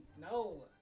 No